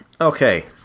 okay